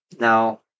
Now